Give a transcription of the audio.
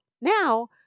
Now